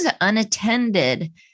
unattended